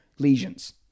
lesions